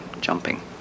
jumping